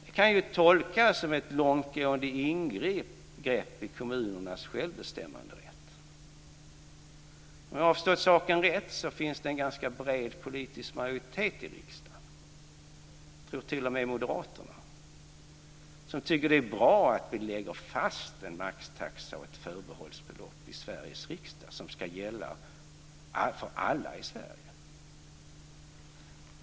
Det kan tolkas som ett långtgående ingrepp i kommunernas självbestämmanderätt. Men om jag har förstått saken rätt finns det en ganska bred politisk majoritet i riksdagen - och jag tror att den omfattar t.o.m. moderaterna - som tycker att det är bra att vi lägger fast en maxtaxa och ett förbehållsbelopp i Sveriges riksdag som ska gälla för alla i Sverige.